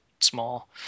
small